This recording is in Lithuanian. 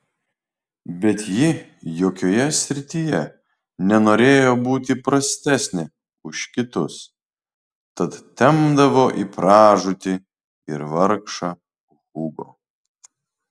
bet ji jokioje srityje nenorėjo būti prastesnė už kitus tad tempdavo į pražūtį ir vargšą hugo